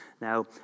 Now